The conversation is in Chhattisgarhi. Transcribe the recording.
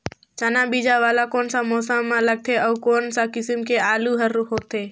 चाना बीजा वाला कोन सा मौसम म लगथे अउ कोन सा किसम के आलू हर होथे?